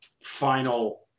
final